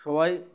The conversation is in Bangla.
সবাই